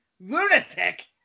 lunatic